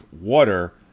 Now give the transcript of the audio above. water